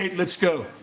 let's go.